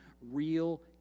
real